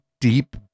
deep